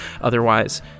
otherwise